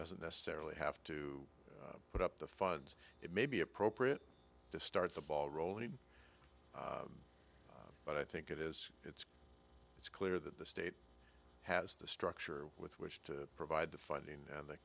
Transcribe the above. doesn't necessarily have to put up the funds it may be appropriate to start the ball rolling but i think it is it's it's clear that the state has the structure with which to provide the funding and the